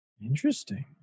Interesting